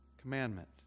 commandment